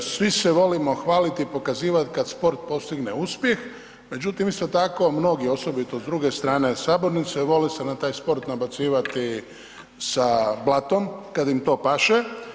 Svi se volimo hvaliti i pokazivati kada sport postigne uspjeh, međutim isto tako mnogi osobito s druge strane sabornice vole se na taj sport nabacivati sa blatom kada im to paše.